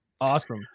Awesome